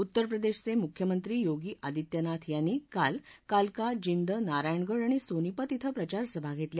उत्तरप्रदेशचे मुख्यमंत्री योगी आदित्यनाथ यांनी काल काल्का जिंद नारायणगड आणि सोनिपत क्षे प्रचारसभा घेतल्या